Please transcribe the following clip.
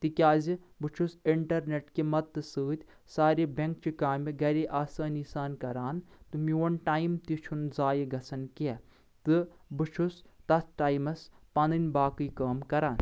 تِکیٛازِ بہٕ چھُس انٹرنٮ۪ٹ کہِ مددتہٕ سۭتۍ سارے بیٚنٛک چہِ کامہِ گرِ آسٲنی سان کران تہٕ میون ٹایِم تہِ چھُنہٕ زایہِ گژھان کینٛہہ تہٕ بہٕ چھُس تتھ ٹایمس پنٕنۍ پاقٕے کٲم کران